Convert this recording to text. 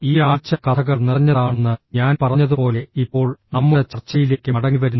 ഈ ആഴ്ച കഥകൾ നിറഞ്ഞതാണെന്ന് ഞാൻ പറഞ്ഞതുപോലെ ഇപ്പോൾ നമ്മുടെ ചർച്ചയിലേക്ക് മടങ്ങിവരുന്നു